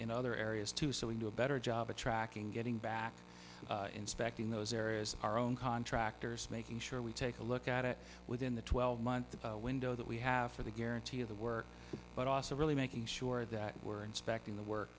in other areas too so we do a better job of tracking getting back inspecting those areas our own contractors making sure we take a look at it within the twelve month window that we have for the guarantee of the work but also really making sure that we're inspecting the work